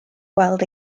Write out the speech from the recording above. gweld